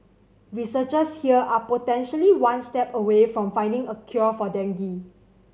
researchers here are potentially one step away from finding a cure for dengue